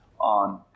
on